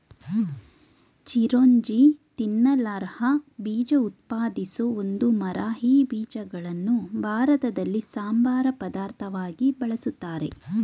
ಚಿರೋಂಜಿ ತಿನ್ನಲರ್ಹ ಬೀಜ ಉತ್ಪಾದಿಸೋ ಒಂದು ಮರ ಈ ಬೀಜಗಳನ್ನು ಭಾರತದಲ್ಲಿ ಸಂಬಾರ ಪದಾರ್ಥವಾಗಿ ಬಳುಸ್ತಾರೆ